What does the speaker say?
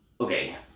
okay